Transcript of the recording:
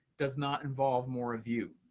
does not involve more of you.